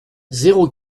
zéro